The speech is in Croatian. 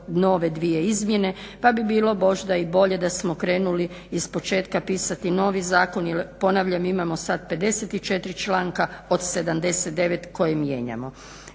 nove dvije izmjene, pa bi bilo možda i bolje da smo krenuli ispočetka pisati novi zakon jer ponavljam imamo sad 54 članka od 79 koje mijenjamo.